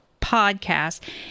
podcast